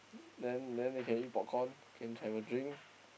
then then they can eat popcorn can have a drink